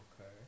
Okay